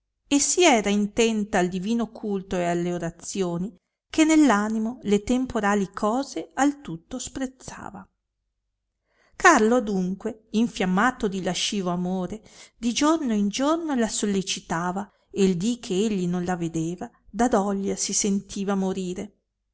e sì era intenta al divino culto e alle orazioni che nell animo le temporali cose al tutto sprezzava carlo adunque infiammato di lascivo amore di giorno in giorno la sollecitava e il dì che egli non la vedeva da doglia si sentiva morire